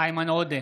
איימן עודה,